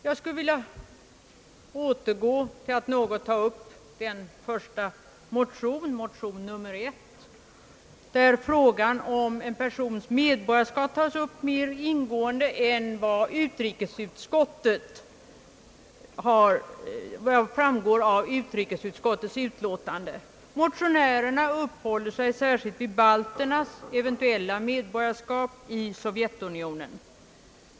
Jag skulle vilja något ta upp motion nr 1, där frågan om en persons medborgarskap tas upp mera ingående än vad som framgår av utrikesutskottets utlåtande. Motionärerna uppehåller sig särskilt vid balternas eventuella medborgarskap i Sovjetunionen.